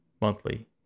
monthly